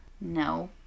No